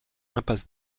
impasse